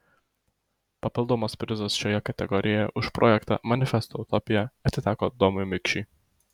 papildomas prizas šioje kategorijoje už projektą manifesto utopija atiteko domui mikšiui